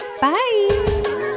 Bye